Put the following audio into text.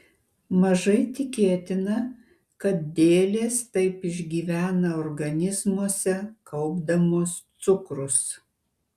mažai tikėtina kad dėlės taip išgyvena organizmuose kaupdamos cukrus